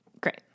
Great